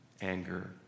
anger